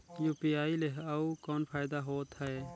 UPI ले अउ कौन फायदा होथ है?